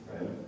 right